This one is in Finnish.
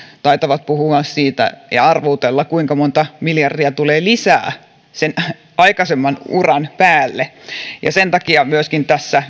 taitavat puhua siitä ja arvuutella kuinka monta miljardia tulee lisää sen aikaisemman uran päälle sen takia myöskin tässä